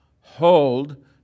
hold